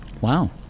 Wow